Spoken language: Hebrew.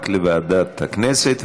רק לוועדת הכנסת,